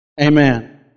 Amen